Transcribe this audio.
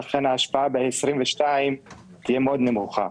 ולכן ההשפעה ב-2022 תהיה מאוד נמוכה.